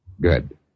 Good